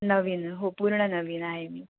नवीन हो पूर्ण नवीन आहे मी